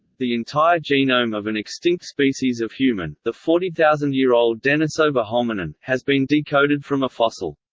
the entire genome of an extinct species of human the forty thousand year old denisova hominin has been decoded from a fossil.